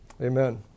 Amen